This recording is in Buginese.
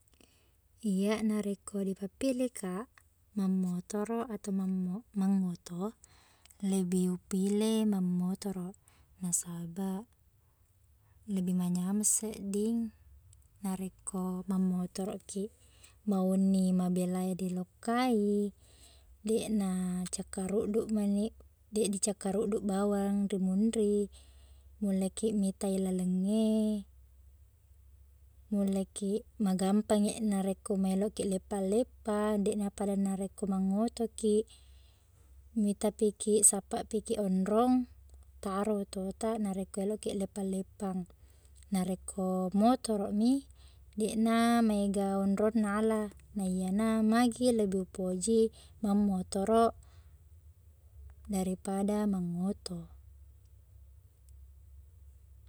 Iyaq narekko dipappilihkaq, mammotoroq ato mam- mangngoto, lebi upile mammotoroq. Nasabaq, lebi manyameng sedding. Narekko mammotoroqkiq, mauni mabela e dilokkai, deqna cakkarudduqmaniq- deq dicakkarudduq bawang ri munri, mullekiq mitai laleng e, nullekiq- magampangngi narekko maelokiq leppang-leppang, deqna pada narekko mangngotokiq, mitapikiq- sappapikiq onrong taro ototaq narekko maelokiq leppang-leppang. Narekko motoroqmi, deqna maega onrong naala. Naiyana magi lebi upoji mammotoroq daripada mangngoto.